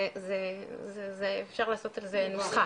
זה אפשר לעשות על זה נוסחה.